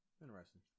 Interesting